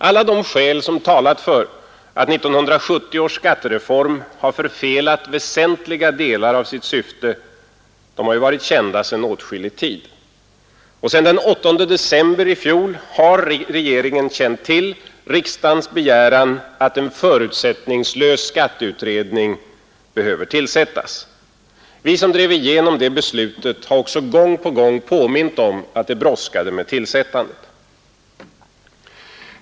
Alla de skäl som talat för att 1970 års skattereform har förfelat väsentliga delar av sitt syfte har ju varit kända sedan åtskillig tid. Och sedan den 8 december i fjol har regeringen känt till riksdagens begäran om en förutsättningslös skatteutredning. Vi som drev igenom det beslutet har också gång på gång påmint om att det brådskade med tillsättandet av utredningen.